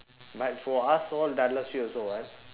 but for us all also [what]